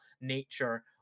nature